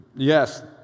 Yes